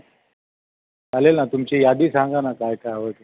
चालेल ना तुमची यादी सांगा ना काय काय हवं आहे तुम्हाला